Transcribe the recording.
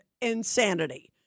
insanity